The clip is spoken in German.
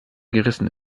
gerissen